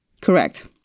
Correct